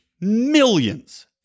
millions